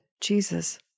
Jesus